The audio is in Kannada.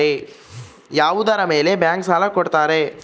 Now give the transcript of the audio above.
ಯಾವುದರ ಮೇಲೆ ಬ್ಯಾಂಕ್ ಸಾಲ ಕೊಡ್ತಾರ?